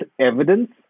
evidence